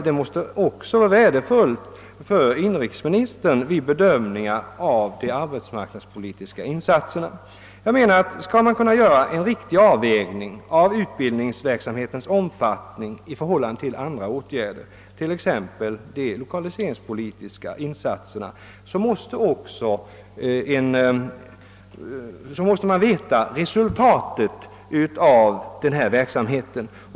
Det borde vara värdefullt även för inrikesministern vid bedömningen av de arbetsmarknadspolitiska insatserna. Jag menar, att skall man kunna göra en riktig avvägning av utbildningsverksamheten i förhållande till andra åtgärder, t.ex. de lokaliseringspolitiska insatserna, måste man känna till resultatet av verksamheten.